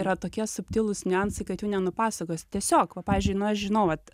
yra tokie subtilūs niuansai kad jų nenupasakosi tiesiog pavyzdžiui nu aš žinau vat